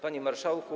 Panie Marszałku!